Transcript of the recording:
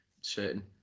certain